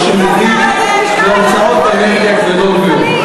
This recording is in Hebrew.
מה שמביא להוצאות אנרגיה כבדות מאוד,